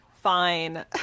fine